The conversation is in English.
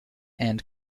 and